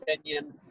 opinion